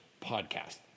podcast